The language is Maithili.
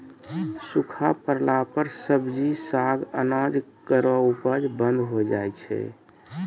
सूखा परला पर सब्जी, साग, अनाज केरो उपज बंद होय जाय छै